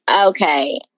Okay